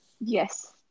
Yes